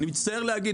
אני מצטער להגיד.